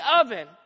oven